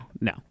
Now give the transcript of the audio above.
No